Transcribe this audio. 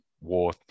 war